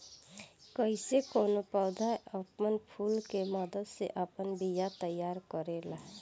कइसे कौनो पौधा आपन फूल के मदद से आपन बिया तैयार करेला